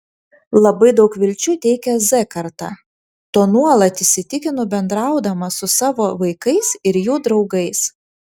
labai daug vilčių teikia z karta tuo nuolat įsitikinu bendraudama su savo vaikais ir jų draugais